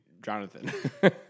Jonathan